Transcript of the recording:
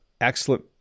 excellent